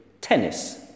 Tennis